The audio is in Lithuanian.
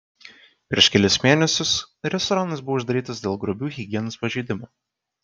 prieš kelis mėnesius restoranas buvo uždarytas dėl grubių higienos pažeidimų